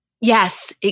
Yes